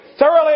thoroughly